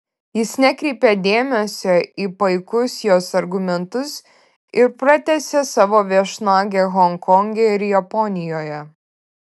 jis nekreipė dėmesio į paikus jos argumentus ir pratęsė savo viešnagę honkonge ir japonijoje